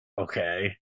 Okay